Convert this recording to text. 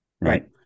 Right